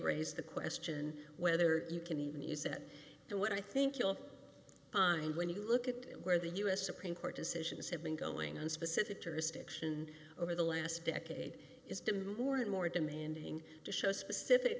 raise the question whether you can even use it and what i think you'll find when you look at where the u s supreme court decisions have been going on specific jurisdiction over the last decade is to move or and more demanding to show specific